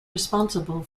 responsible